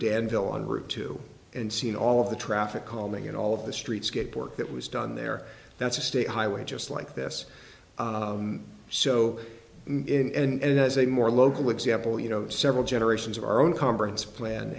danville on route two and seen all of the traffic calming and all of the streetscape work that was done there that's a state highway just like this so in and has a more local example you know several generations of our own conference planne